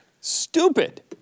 stupid